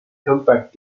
compact